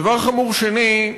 דבר חמור שני,